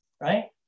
right